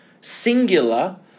singular